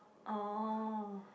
oh